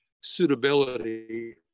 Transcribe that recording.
suitability